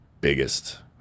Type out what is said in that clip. biggest